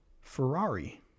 Ferrari